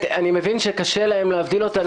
אני מבין שקשה להם להבין אותנו,